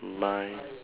my